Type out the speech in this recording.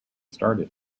started